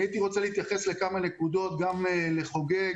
הייתי רוצה להתייחס לכמה נקודות שאמרו משה חוגג,